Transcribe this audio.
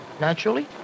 naturally